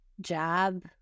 job